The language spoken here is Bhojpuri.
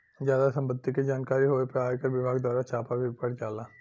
जादा सम्पत्ति के जानकारी होए पे आयकर विभाग दवारा छापा भी पड़ जाला